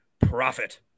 profit